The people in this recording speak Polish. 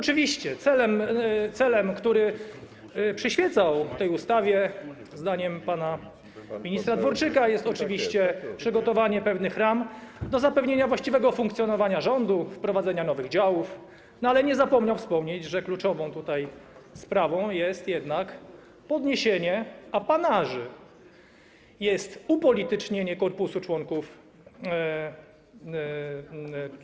Celem, który przyświecał tej ustawie, zdaniem pana ministra Dworczyka jest oczywiście przygotowanie pewnych ram do zapewnienia właściwego funkcjonowania rządu, wprowadzenia nowych działów, ale nie zapomniał wspomnieć, że tutaj kluczową sprawą jest jednak podniesienie apanaży, jest upolitycznienie członków korpusu.